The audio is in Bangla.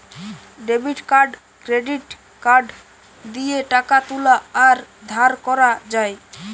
ডেবিট কার্ড ক্রেডিট কার্ড দিয়ে টাকা তুলা আর ধার করা যায়